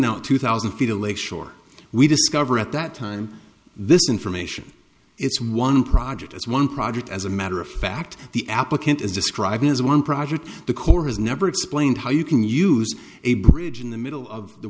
now two thousand feet a lake shore we discover at that time this information it's one project as one project as a matter of fact the applicant is describing as one project the corps has never explained how you can use a bridge in the middle of the